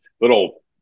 little